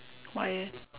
why eh